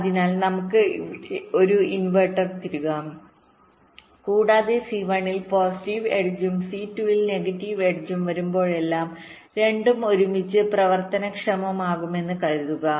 അതിനാൽ നമുക്ക് ഇവിടെ ഒരു ഇൻവെർട്ടർ തിരുകാം കൂടാതെ സി 1 ൽ പോസിറ്റീവ് എഡ്ജും സി 2 ൽ നെഗറ്റീവ് എഡ്ജും വരുമ്പോഴെല്ലാം രണ്ടും ഒരുമിച്ച് പ്രവർത്തനക്ഷമമാകുമെന്ന് കരുതുക